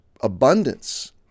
abundance